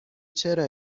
چرا